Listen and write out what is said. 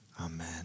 Amen